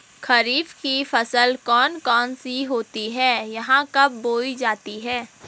खरीफ की फसल कौन कौन सी होती हैं यह कब बोई जाती हैं?